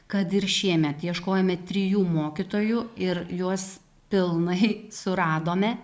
kad ir šiemet ieškojome trijų mokytojų ir juos pilnai suradome